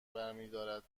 برمیدارد